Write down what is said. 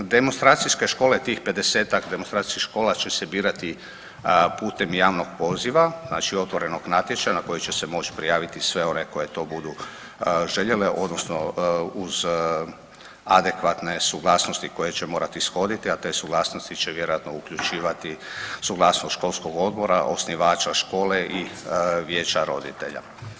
Demonstracijske škole, tih 50-tak demonstracijskih škola će se birati putem javnog poziva, znači otvorenog natječaja na koje će se moć prijaviti sve one koje to budu željele odnosno uz adekvatne suglasnosti koje će morati ishoditi, a te suglasnosti će vjerojatno uključivati suglasnost školskog odbora, osnivača škole i vijeća roditelja.